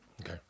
Okay